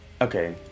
okay